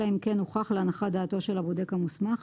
אלא אם כן הוכח להנחת דעתו של הבודק המוסמך,